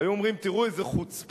היו אומרים: תראו איזו חוצפה.